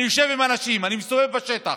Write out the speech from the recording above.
אני יושב עם אנשים, אני מסתובב בשטח: